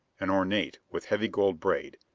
and ornate with heavy gold braid,